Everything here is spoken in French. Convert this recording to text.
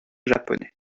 japonais